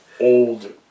old